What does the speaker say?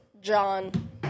John